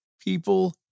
people